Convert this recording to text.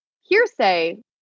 Hearsay